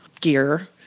gear